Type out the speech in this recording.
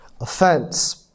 offense